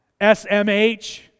SMH